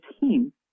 team